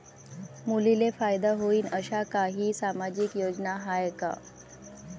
मुलींले फायदा होईन अशा काही सामाजिक योजना हाय का?